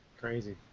crazy